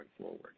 forward